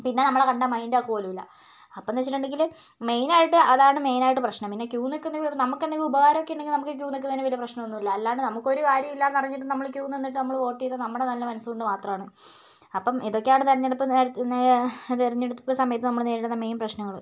പിന്നെ നമ്മളെ കണ്ടാൽ മൈൻ്റാക്കുക പോലുമില്ല അപ്പോഴെന്ന് വെച്ചിട്ടുണ്ടെങ്കിൽ മെയിനായിട്ട് അതാണ് മെയിനായിട്ട് പ്രശ്നം പിന്നെ ക്യൂ നിൽക്കുന്നതിൽ നമുക്കെന്തെങ്കിലും ഉപകാരമൊക്കെ ഉണ്ടെങ്കിൽ നമുക്ക് ക്യൂ നിൽക്കുന്നതിൽ വലിയ പ്രശ്നമൊന്നുമില്ല അല്ലാണ്ട് നമുക്കൊരു കാര്യമില്ലയെന്നറിഞ്ഞിട്ടും നമ്മൾ ക്യൂ നിന്നിട്ട് നമ്മൾ വോട്ട് ചെയ്തിട്ട് നമ്മളുടെ നല്ല മനസ്സ് കൊണ്ട് മാത്രമാണ് അപ്പം ഇതൊക്കെയാണ് തെരഞ്ഞെടുപ്പ് നേര തെരഞ്ഞെടുപ്പ് സമയത്ത് നമ്മൾ നേരിടുന്ന മെയിൻ പ്രശ്നങ്ങൾ